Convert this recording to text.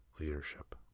leadership